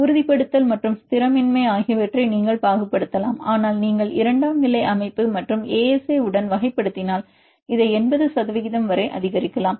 உறுதிப்படுத்தல் மற்றும் ஸ்திரமின்மை ஆகியவற்றை நீங்கள் பாகுபடுத்தலாம் ஆனால் நீங்கள் இரண்டாம் நிலை அமைப்பு மற்றும் ASA உடன் வகைப்படுத்தினால் இதை 80 சதவிகிதம் வரை அதிகரிக்கலாம்